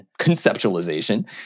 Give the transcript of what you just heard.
conceptualization